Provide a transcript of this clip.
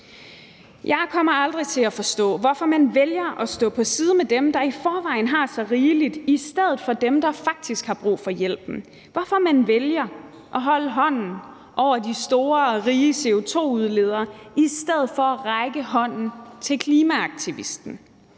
Jeg kommer aldrig til at forstå, hvorfor man vælger at stå på samme side som dem, der i forvejen har så rigeligt, i stedet for dem, der faktisk har brug for hjælp, hvorfor man vælger at holde hånden over de store, rige CO2-udledere, i stedet for at række hånden ud til klimaaktivisten.